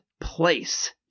place